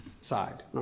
side